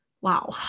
wow